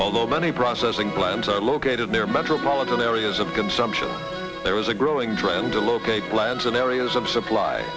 although many processing plants are located near metropolitan areas of consumption there is a growing trend to locate plants in areas of supply